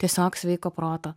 tiesiog sveiko proto